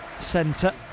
centre